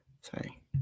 Sorry